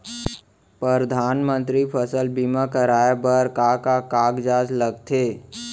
परधानमंतरी फसल बीमा कराये बर का का कागजात लगथे?